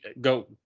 go